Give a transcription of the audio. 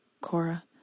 Cora